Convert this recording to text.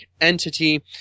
entity